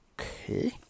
Okay